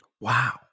Wow